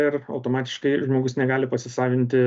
ir automatiškai žmogus negali pasisavinti